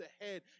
ahead